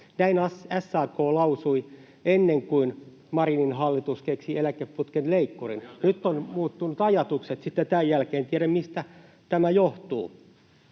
Näin SAK lausui ennen kuin Marinin hallitus keksi eläkeputken leikkurin. Nyt ovat muuttuneet ajatukset sitten tämän jälkeen — en tiedä, mistä tämä johtuu.